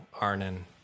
Arnon